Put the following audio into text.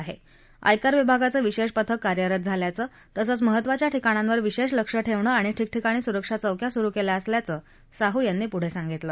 आयकर विभागाचं विशेष पथक कार्यरत झाल्याचं तसंच महत्त्वाच्या ठिकाणांवर विशेष लक्षठेवण्यासाठी आणि ठिकठिकाणी सुरक्षा चौक्या सुरु केल्या असल्याचं साहू यांनी पुढे सांगितलं